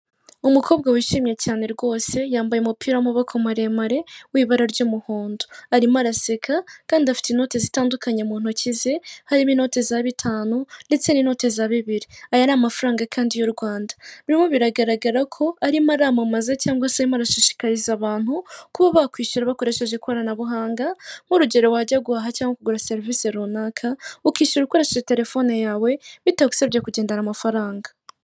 Umukobwa wishimye cyane rwose l, yambaye umupira w'amaboko muremure w'ibara ry'umuhondoz arimo araseka kandi afite inoti zitandukanye mu ntoki ze, harimo inote za bitanu ndetse n'inote za bibiri ,aya ni amafaranga kandi y'u Rwanda, birimo biragaragara ko arimo aramamaza cyangwa se arimo arashishikariza abantu, kuba bakwishyura bakoresheje ikoranabuhanga nk'urugero wajya guhaha cyangwa kugura serivisi runaka, ukishyura ukoresheje telefone yawe bitagusabye kugendana amafaranga.